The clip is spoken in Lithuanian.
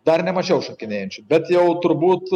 dar nemačiau šokinėjančių bet jau turbūt